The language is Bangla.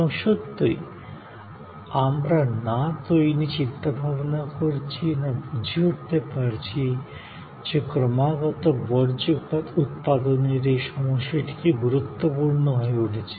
এবং সত্যই আমরা না তো এই নিয়ে চিন্তাভাবনা করছি না বুঝে উঠতে পারছি যে ক্রমাগত বর্জ্য উৎপাদনের এই সমস্যাটি কী গুরুত্বপূর্ণ হয়ে উঠছে